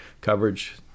coverage